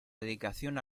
dedicación